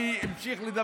אני אמשיך לדבר.